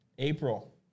April